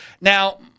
now